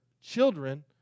children